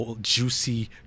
juicy